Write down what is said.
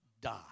die